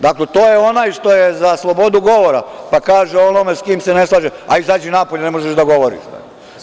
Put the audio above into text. Dakle, to je onaj što je za slobodu govora, pa kaže onome s kim se ne slaže – ajde izađi napolje, ne možeš da govoriš, bre.